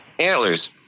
antlers